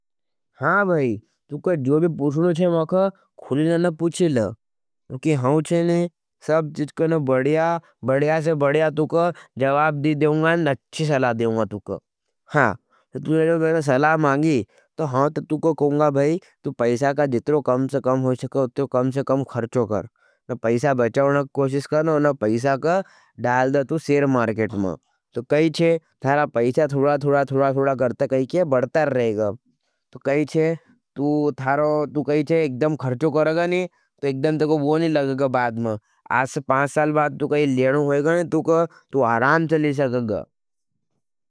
हाँ भाई, तूका जो भी पूछनो चे माखा, खुली न न पूछीला। कि हाँ चेने, सब जितके न बढ़िया, बढ़िया से बढ़िया तूक जवाब दी देवंगा न अच्छी सला देवंगा तूक। हाँ, तूने जो मेरे सला माँगी, तो हाँ तूको कोंगा भाई, तू पैसा का जितरो कम से कम हो सका उठे, कम से कम खरचो कर। न पैसा बचाओन का कोशिस कर न, न पैसा का डाल दे तू सेर मार्केट मां। तो कही छे थारा पैसा थुड़ा थुड़ा थुड़ा थुड़ा करता कही कि ये बढ़ता रहेगा। तो कही छे तू थारा, तू कही छे एकदम खर्चो करगा नहीं, तो एकदम ते को वो नहीं लगगा बादम। आश पांच साल बाद तु कही लेड़ो होगा नहीं, तु कह तु आराम चली से गगगा।